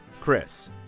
Chris